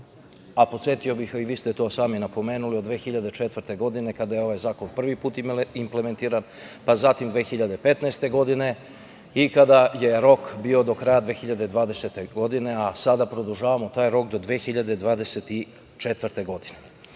a podsetio bih, a vi ste to sami napomenuli, od 2004. godine, kada je ovaj zakon prvi put implementiran, pa zatim 2015. godine i kada je rok bio do kraja 2020. godine, a sada produžavamo taj rok do 2024. godine. Prvo,